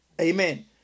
Amen